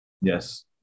Yes